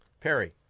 Perry